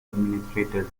administrators